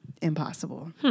impossible